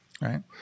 right